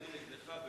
להגיש תלונה נגדך?